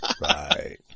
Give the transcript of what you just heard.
Right